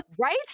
Right